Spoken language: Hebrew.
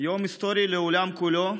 יום היסטורי לעולם כולו,